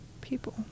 People